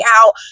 out